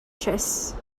chess